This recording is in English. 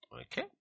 Okay